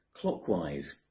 Clockwise